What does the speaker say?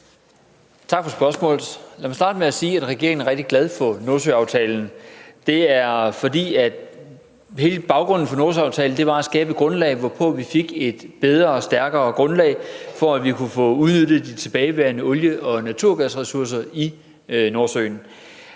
Tak for spørgsmålet. Lad mig starte med at sige, at regeringen er rigtig glad for Nordsøaftalen. Det er den, fordi hele baggrunden for Nordsøaftalen var et ønske om at skabe et bedre og stærkere grundlag for, at vi kunne få udnyttet de tilbageværende olie- og naturgasressourcer i Nordsøen.